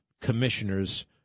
commissioners